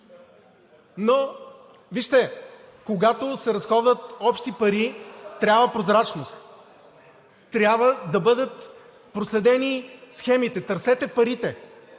Но вижте, когато се разходват общи пари, трябва прозрачност, трябва да бъдат проследени схемите. Търсете парите.